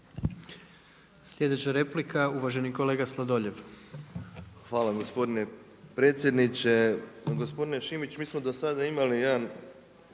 Sljedeća replika uvaženi kolega Sladoljev. **Sladoljev, Marko (MOST)** Hvala gospodine predsjedniče. Gospodine Šimić, mi smo do sada imali jedan